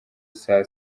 saa